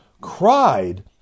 cried